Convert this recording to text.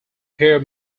here